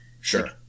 sure